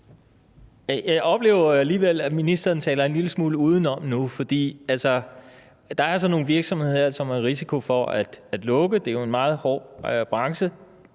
Jeg oplever alligevel, at ministeren taler en lille smule udenom nu, for der er altså nogle virksomheder, som er i risiko for at lukke. Det er jo en meget hård branche.